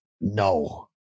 No